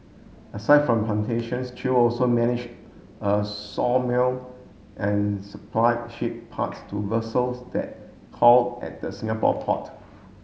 aside from plantations Chew also manage a sawmill and supplied ship parts to vessels that called at the Singapore port